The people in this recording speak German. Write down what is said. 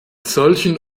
solchen